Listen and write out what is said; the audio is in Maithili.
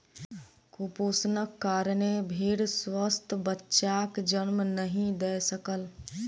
कुपोषणक कारणेँ भेड़ स्वस्थ बच्चाक जन्म नहीं दय सकल